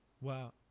Wow